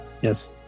Yes